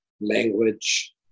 language